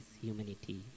humanity